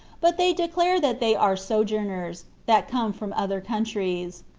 but they declare that they are sojourners, that come from other countries.